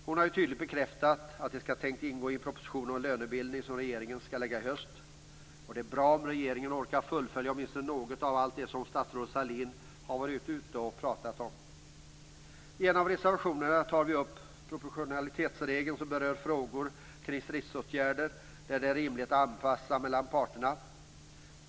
Hon har ju tydligt bekräftat att ett sådant förslag är tänkt att ingå i en proposition om lönebildning som regeringen skall lägga fram i höst. Det är bra om regeringen orkar fullfölja åtminstone något av allt det som statsrådet Sahlin har varit ute och pratat om. I en av reservationerna tar vi upp proportionalitetsregeln som berör frågor kring stridsåtgärder där det är rimligt att anpassa balansen mellan parterna.